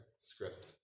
script